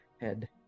head